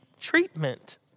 treatment